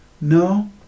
no